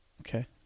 Okay